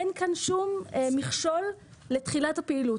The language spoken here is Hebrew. אין כאן שום מכשול לתחילת הפעילות.